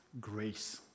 grace